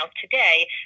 today